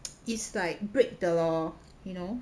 it's like break the lor you know